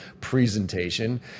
presentation